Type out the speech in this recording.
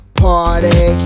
party